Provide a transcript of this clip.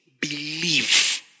Believe